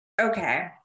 okay